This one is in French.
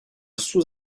sous